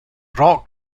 pro